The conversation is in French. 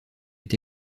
est